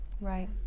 right